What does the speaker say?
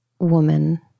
woman